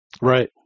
Right